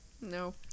no